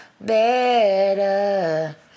better